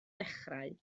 dechrau